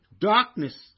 darkness